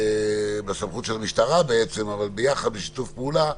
בסמכות של המשטרה בעצם, אבל ביחד בשיתוף פעולה,